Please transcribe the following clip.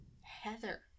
Heather